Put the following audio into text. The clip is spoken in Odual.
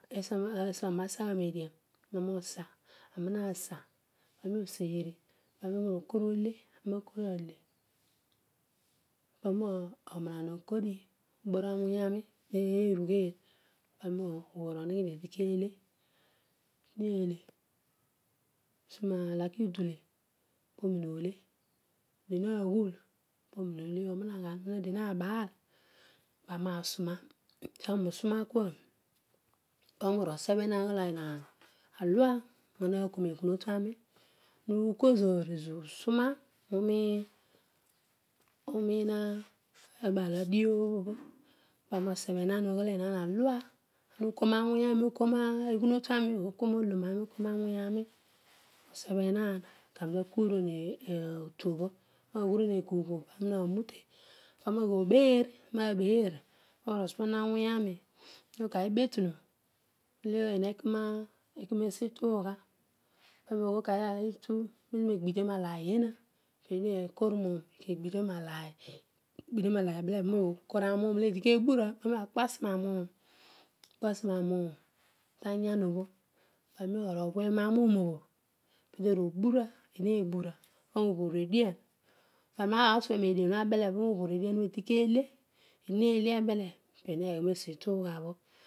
Esiobho esiobho arol ma sagha roedian parol osa arol masa parol oseri pani okoor ole ami wakoor ale parol onanaghan okodi obara awony arol mem merugheel parol obhoor onogho eedi ke eedi mele sinalaka udule pomimole adionaghul pomimole omanaghan madiona baal pani nasuna kanisuna kua obho pani oru osebh enaan ogholl enaan alua bho ana na koor me ghunotuani anukoor ezoor ezoor usuna uni unim ebaal adio obho bho pani osebenaan oghool enaan ama ukoor ma woyami ukoor meghunotuani ukoor no owroani ukoor na wonyani sebemoun kani takuron otuobho obho arol naghuron egugh obho arol maghurom egugh obho pani waroute pani oghi obeel arol wabeer parol oghi osuuneer awonyarol gualbetunu loena ekinesi itugha pani oghool itu itu ne gbidia malaeeha poeedi ne koor muun eki egbidia ma lail ebele pani oruokoor anuuro lo eedi kebura pani wa kpasi marouun kpasi mamuun ta yan obho pani ooroaar oghuerol anuum obho peei oru obura eedi ne bura parol oboor edian aani na suerol nedian obho abele parol oboor edian eedi kele eedi weele ebele peedi me ghimesi idughabho